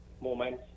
moment